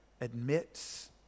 admits